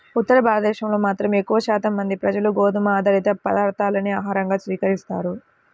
ఉత్తర భారతదేశంలో మాత్రం ఎక్కువ శాతం మంది ప్రజలు గోధుమ ఆధారిత పదార్ధాలనే ఆహారంగా స్వీకరిస్తారు